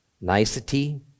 nicety